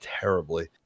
terribly